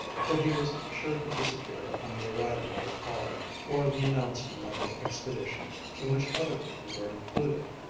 for he was sure to disappear upon the arrival of a caller, or the announcement of an expedition in which other people were included.